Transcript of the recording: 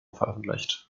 veröffentlicht